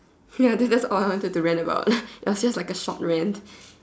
ya that that's all I wanted to rant about it was just like a short rant